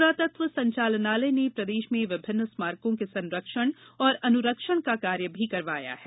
पुरातत्व संचालनालय ने प्रदेश में विभिन्न स्मारकों के संरक्षण और अनुरक्षण का कार्य भी करवाया है